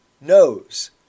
knows